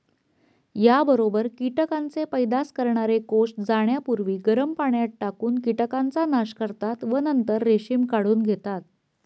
याबरोबर कीटकांचे पैदास करणारे कोष जाण्यापूर्वी गरम पाण्यात टाकून कीटकांचा नाश करतात व नंतर रेशीम काढून घेतात